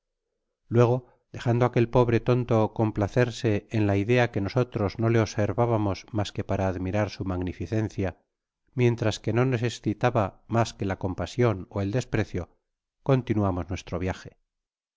luego dejando á aquel pobre tonto complacerse en la idea que nosotros no le observábamos mas que pava admirar sn aguificencia mientras que no nos escitaba mas qne la compasion ó el desprecio continuamos nuestro viaje